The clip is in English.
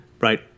right